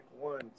One